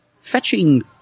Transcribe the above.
fetching